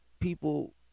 people